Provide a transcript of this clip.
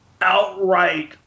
outright